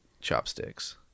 chopsticks